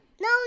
No